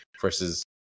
versus